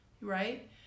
Right